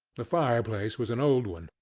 the fireplace was an old one,